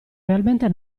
realmente